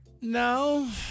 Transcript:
No